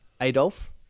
Adolf